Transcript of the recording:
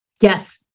Yes